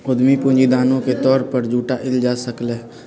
उधमी पूंजी दानो के तौर पर जुटाएल जा सकलई ह